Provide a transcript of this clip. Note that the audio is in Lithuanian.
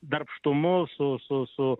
darbštumu su